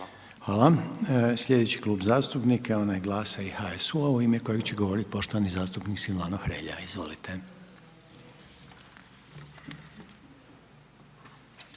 lijepo. Sljedeći Klub zastupnika je onaj GLAS-a i HSU-a u ime kojega će govoriti poštovani zastupnik Silvano Hrelja, izvolite.